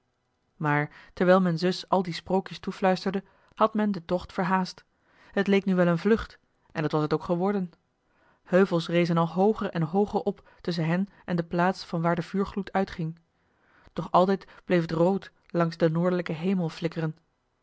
maar terwijl men zus al die sprookjes toefluisterde had men den tocht verhaast het leek nu wel een vlucht en dat was het ook geworden heuvels rezen al hooger en hooger op tusschen hen en de plaats vanwaar de vuurgloed uitging doch altijd bleef het rood langs den noordelijken hemel flikkeren